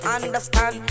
understand